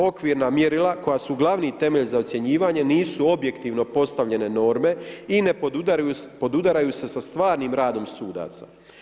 Okvirna mjera koja su glavni temelj za ocjenjivanje, nisu objektivno postavljene norme i ne podudaraju se sa stvarnim radom sudaca.